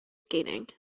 skating